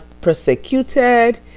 persecuted